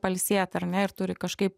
pailsėt ar ne ir turi kažkaip